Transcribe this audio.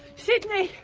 sidney!